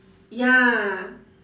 ya